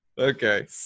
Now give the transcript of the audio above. Okay